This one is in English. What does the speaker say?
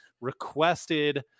requested